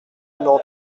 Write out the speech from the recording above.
numéro